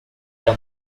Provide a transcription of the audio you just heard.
the